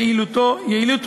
יעילות תחולתו,